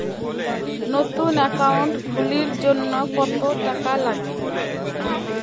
নতুন একাউন্ট খুলির জন্যে কত টাকা নাগে?